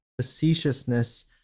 facetiousness